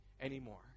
anymore